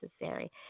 necessary